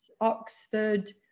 Oxford